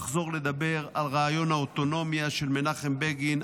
לחזור לדבר על רעיון האוטונומיה של מנחם בגין,